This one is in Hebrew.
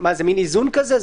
מן איזון כזה?